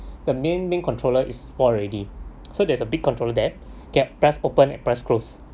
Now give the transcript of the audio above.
the main the main controller is spoil already so there's a big controller that get press open and press close